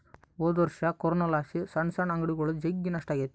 ಹೊದೊರ್ಷ ಕೊರೋನಲಾಸಿ ಸಣ್ ಸಣ್ ಅಂಗಡಿಗುಳಿಗೆ ಜಗ್ಗಿ ನಷ್ಟ ಆಗೆತೆ